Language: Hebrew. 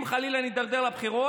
אם חלילה נידרדר לבחירות,